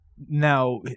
Now